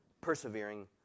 persevering